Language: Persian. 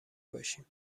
باشیم